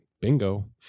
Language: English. Bingo